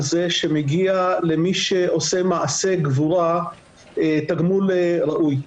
זה שמגיע למי שעושה מעשה גבורה תגמול ראוי.